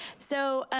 so,